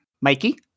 Mikey